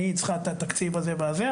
אני צריכה את התקציב הזה וזה,